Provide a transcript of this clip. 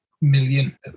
million